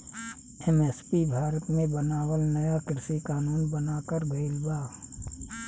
MSP Bharat मे बनावल नाया कृषि कानून बनाकर गइल बा